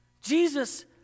Jesus